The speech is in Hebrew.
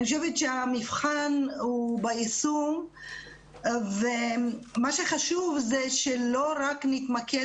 אני חושבת שהמבחן הוא ביישום ומה שחשוב זה שלא רק נתמקד